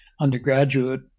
undergraduate